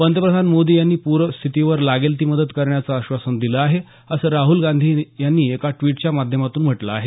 पंतप्रधान मोदी यांनी प्रर स्थीतीवर लागेल ती मदत करण्याचं आश्वासन दिलं आहे असं राहुल गांधी यांनी एका ट्विटच्या माध्यमातून म्हटलं आहे